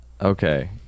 okay